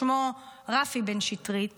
ששמו רפי בן שטרית